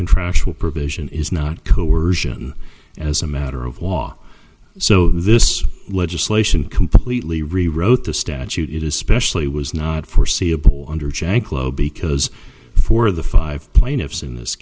contractual provision is not coersion as a matter of law so this legislation completely rewrote the statute it especially was not foreseeable under janklow because for the five plaintiffs in this